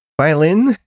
violin